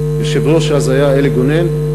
היושב-ראש אז היה אלי גונן,